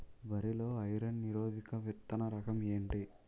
వరి లో ఐరన్ నిరోధక విత్తన రకం ఏంటి?